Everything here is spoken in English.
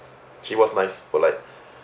she was nice polite